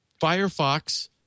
Firefox